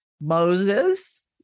Moses